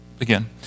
again